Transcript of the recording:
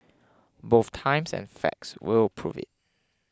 both times and facts will prove it